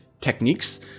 techniques